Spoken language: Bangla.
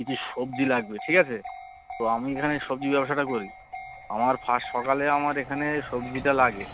কিছু সবজি লাগবে ঠিক আছে তো আমি এখানে সবজির ব্যবসাটা করি আমার ফাস সকালে আমার এখানে সবজিটা লাগে